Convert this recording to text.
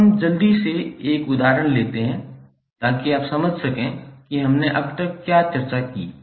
तो अब हम जल्दी से एक उदाहरण लेते हैं ताकि आप समझ सकें कि हमने अब तक क्या चर्चा की